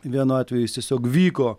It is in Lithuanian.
vienu atveju jis tiesiog vyko